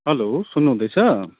hello सुन्नु हुँदैछ